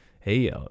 hey